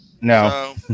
No